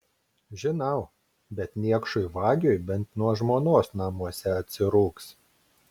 žinau bet niekšui vagiui bent nuo žmonos namuose atsirūgs